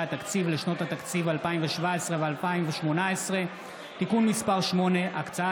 התקציב לשנות התקציב 2017 ו-2018 (תיקון מס' 8) (הקצאת